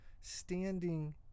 standing